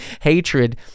hatred